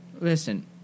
listen